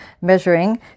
measuring